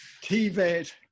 T-Vet